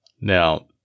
now